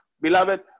beloved